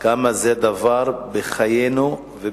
עד כמה הוא בחיינו ובנפשנו,